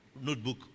notebook